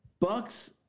Bucks